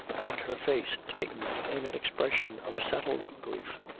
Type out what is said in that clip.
and her face tightened in an expression of settled grief.